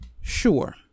Sure